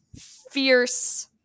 fierce